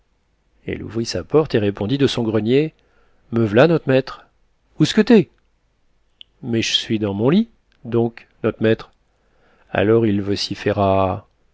elle ouvrit sa porte et répondit de son grenier me v'là not maître ousque t'es mais j'suis dans mon lit donc not maître alors il vociféra